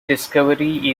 discovery